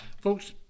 folks